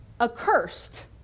accursed